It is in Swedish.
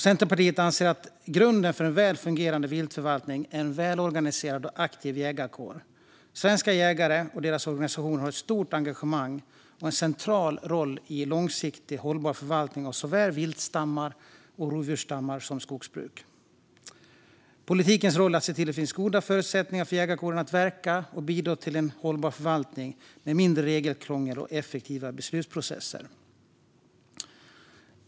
Centerpartiet anser att grunden för en väl fungerande viltförvaltning är en välorganiserad och aktiv jägarkår. Svenska jägare och deras organisationer har ett stort engagemang och en central roll i en långsiktigt hållbar förvaltning av såväl viltstammar och rovdjursstammar som skogsbruk. Politikens roll är att se till att det finns goda förutsättningar för jägarkåren att verka och bidra till en hållbar förvaltning med mindre regelkrångel och effektiva beslutsprocesser.